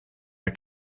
der